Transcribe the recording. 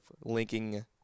linking